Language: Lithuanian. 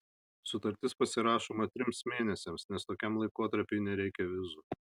sutartis pasirašoma trims mėnesiams nes tokiam laikotarpiui nereikia vizų